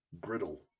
griddle